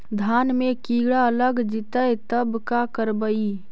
धान मे किड़ा लग जितै तब का करबइ?